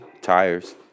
tires